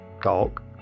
talk